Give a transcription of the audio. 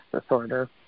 disorder